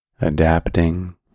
adapting